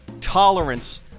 tolerance